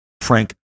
Frank